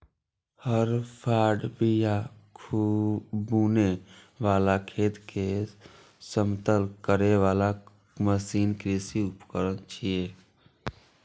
हर, फाड़, बिया बुनै बला, खेत कें समतल करै बला मशीन कृषि उपकरण छियै